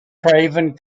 craven